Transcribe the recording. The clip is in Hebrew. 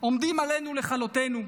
עומדים עלינו לכלותנו,